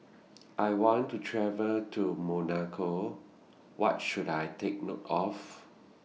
I want to travel to Monaco What should I Take note of